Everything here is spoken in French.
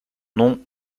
nom